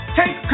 take